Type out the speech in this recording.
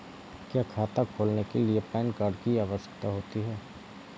क्या खाता खोलने के लिए पैन कार्ड की आवश्यकता होती है?